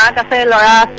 um the family